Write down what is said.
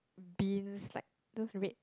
beans like those red